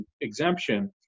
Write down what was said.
exemption